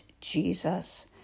Jesus